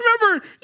remember